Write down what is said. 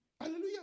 Hallelujah